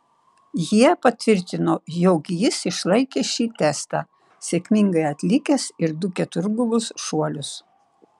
jie patvirtino jog jis išlaikė šį testą sėkmingai atlikęs ir du keturgubus šuolius